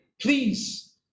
please